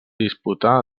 disputà